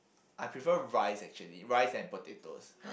I prefer rice actually rice and potatoes